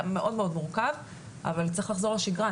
היה מאוד מורכב אבל צריך לחזור לשגרה.